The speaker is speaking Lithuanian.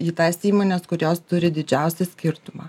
į tas įmones kurios turi didžiausią skirtumą